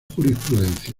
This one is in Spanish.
jurisprudencia